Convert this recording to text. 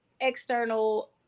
external